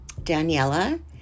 Daniela